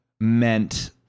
meant